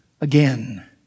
again